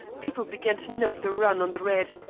people began to note the run on the red,